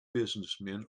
businessmen